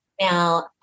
Now